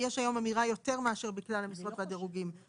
היום יותר אמירה מאשר "בכלל המשרות והדירוגים".